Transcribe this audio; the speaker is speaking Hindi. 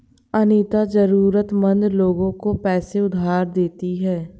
अनीता जरूरतमंद लोगों को पैसे उधार पर देती है